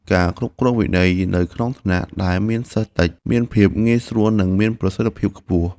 ការគ្រប់គ្រងវិន័យនៅក្នុងថ្នាក់ដែលមានសិស្សតិចមានភាពងាយស្រួលនិងមានប្រសិទ្ធភាពខ្ពស់។